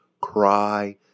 cry